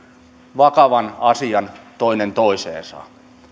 vakavan asian toinen toiseensa